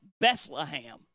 Bethlehem